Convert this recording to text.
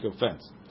offense